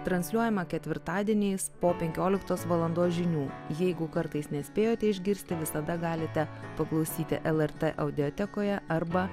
transliuojama ketvirtadieniais po penkioliktos valandos žinių jeigu kartais nespėjote išgirsti visada galite paklausyti lrt audiotekoje arba